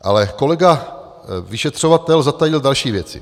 Ale kolega vyšetřovatel zatajil další věci.